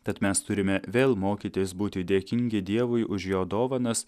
tad mes turime vėl mokytis būti dėkingi dievui už jo dovanas